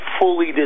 fully